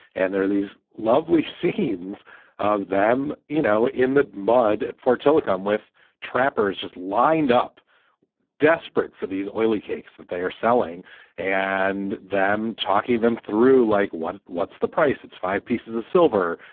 and there are these lovely scenes of them, you know, in the mud at for telecom with trappers just lined up desperate for these oily cakes that they are selling and them talking them through. like what? what's the price? it's five pieces of silver.